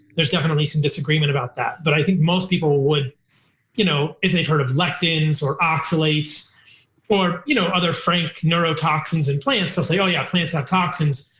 there's definitely some disagreement about that. but i think most people, you know if they've heard of lectins or oxalates or you know other frank neurotoxins in plants, they'll say, oh yeah, plants have toxins.